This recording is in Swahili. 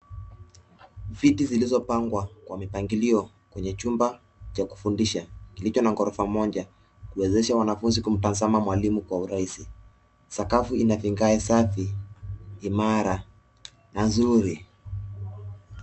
Viti zilizopangwa kwa kwa mipangilio kwenye chumba cha kufundisha kilicho na ghorofa moja, kuwezesha wanafunzi kumtazama mwalimu kwa urahisi. Sakafu ina vigae safi, imara na nzuri.